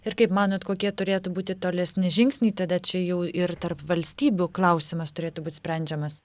ir kaip manot kokie turėtų būti tolesni žingsniai tada čia jau ir tarp valstybių klausimas turėtų būt sprendžiamas